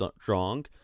strong